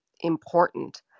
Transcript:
important